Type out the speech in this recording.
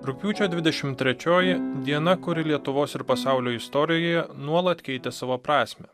rugpjūčio dvidešimt trečioji diena kuri lietuvos ir pasaulio istorijoje nuolat keitė savo prasmę